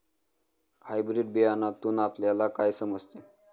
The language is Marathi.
हायब्रीड बियाण्यातून आपल्याला काय समजते?